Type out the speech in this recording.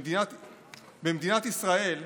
במדינת ישראל,